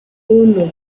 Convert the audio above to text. uno